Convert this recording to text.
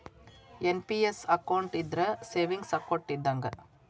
NPS account ಇದ್ರ savings account ಇದ್ದಂಗ